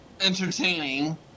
entertaining